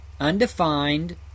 undefined